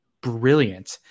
brilliant